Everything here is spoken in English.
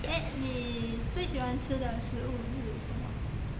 eh 你最喜欢吃的食物是什么